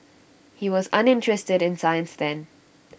he was uninterested in science then